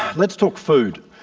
let's talk food.